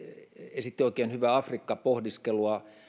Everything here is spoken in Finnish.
esitti oikein hyvää afrikka pohdiskelua